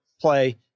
play